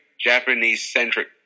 Japanese-centric